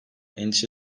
endişe